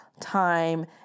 time